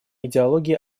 идеология